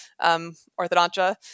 orthodontia